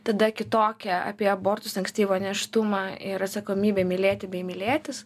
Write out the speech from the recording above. tada kitokią apie abortus ankstyvą nėštumą ir atsakomybę mylėti bei mylėtis